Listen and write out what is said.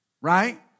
Right